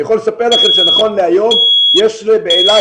אני יכול לספר לכם שנכון להיום יש באילת